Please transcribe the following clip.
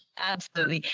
absolutely.